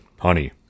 Honey